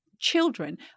Children